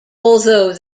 although